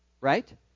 right